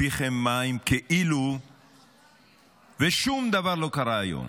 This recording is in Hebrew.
פיכם מים כאילו שום דבר לא קרה היום.